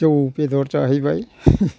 जौ बेदर जाहैबाय